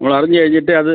നമ്മൾ അറിഞ്ഞു കഴിഞ്ഞിട്ട് അത്